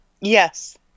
Yes